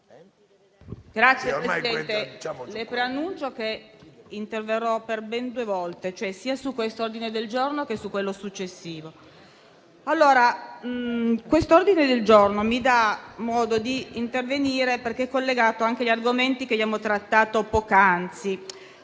Signor Presidente, preannuncio che interverrò per ben due volte, cioè sia su questo ordine del giorno che su quello successivo. L'ordine del giorno G1.100 mi dà modo di intervenire perché è collegato agli argomenti che abbiamo trattato poc'anzi.